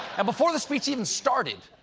and before the speech even started,